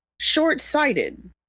short-sighted